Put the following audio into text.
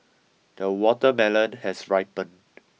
the watermelon has ripened